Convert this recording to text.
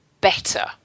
better